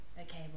okay